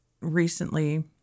recently